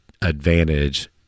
advantage